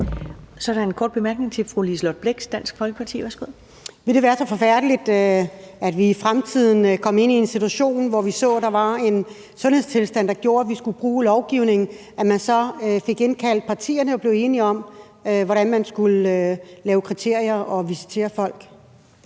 Ville det være så forfærdeligt – hvis vi i fremtiden kom i en situation, hvor vi så, at der var en sundhedstilstand, der gjorde, at vi skulle bruge lovgivning – at partierne skulle indkaldes, så vi kunne blive enige om, hvordan man skulle lave kriterier og visitere folk?